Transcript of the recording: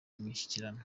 imishyikirano